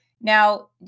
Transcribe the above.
Now